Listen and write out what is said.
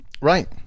right